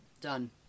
Done